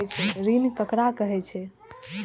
ऋण ककरा कहे छै?